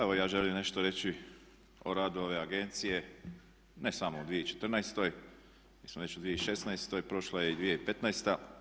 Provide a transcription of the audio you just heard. Evo ja želim nešto reći o radu ove agencije, ne samo u 2014. jer smo već u 2016., prošla je i 2015.